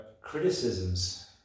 criticisms